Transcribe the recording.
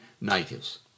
natives